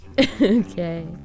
Okay